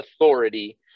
authority